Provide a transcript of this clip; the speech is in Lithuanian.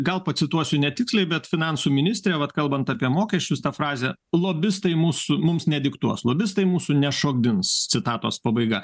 gal pacituosiu netiksliai bet finansų ministrė vat kalbant apie mokesčius tą frazę lobistai mūsų mums nediktuos lobistai mūsų nešokdins citatos pabaiga